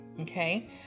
Okay